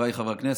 חבריי חברי הכנסת,